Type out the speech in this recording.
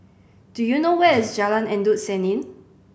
do you know where is Jalan Endut Senin